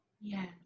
Yes